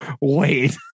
Wait